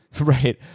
Right